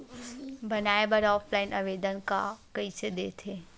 बनाये बर ऑफलाइन आवेदन का कइसे दे थे?